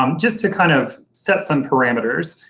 um just to kind of set some parameters.